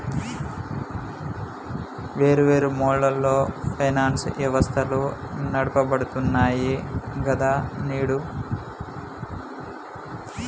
వేర్వేరు మోడళ్లలో ఫైనాన్స్ వ్యవస్థలు నడపబడుతున్నాయి గదా నేడు